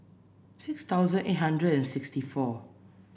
six thousand eight hundred and sixty four